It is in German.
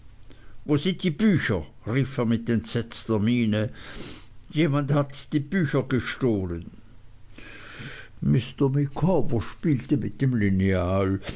wo sind die bücher rief er mit entsetzter miene jemand hat die bücher gestohlen mr micawber spielte mit dem lineal